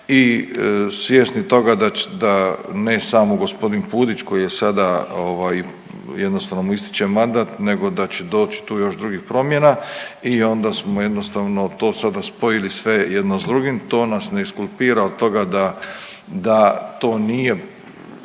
i svjesni toga da, da ne samo g. Pudić koji je sada ovaj jednostavno mu ističe mandat nego da će doć tu još do drugih promjena i onda smo jednostavno to sada spojili sve jedno s drugim, to nas ne skulpira od toga da, da to nije